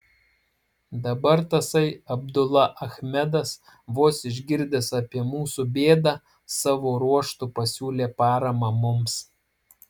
dabar tasai abdula achmedas vos išgirdęs apie mūsų bėdą savo ruožtu pasiūlė paramą mums